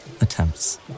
attempts